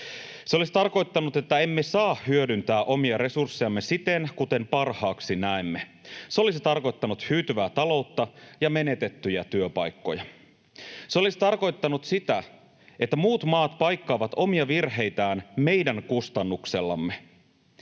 Se olisi tarkoittanut, että emme saa hyödyntää omia resurssejamme siten kuin parhaaksi näemme. Se olisi tarkoittanut hyytyvää taloutta ja menetettyjä työpaikkoja. Se olisi tarkoittanut sitä, että muut maat paikkaavat omia virheitään meidän kustannuksellamme.